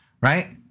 Right